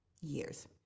years